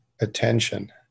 attention